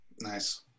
Nice